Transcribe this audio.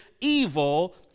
evil